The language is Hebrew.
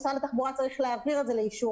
משרד התחבורה צריך להעביר את זה לאישור,